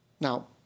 Now